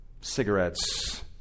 cigarettes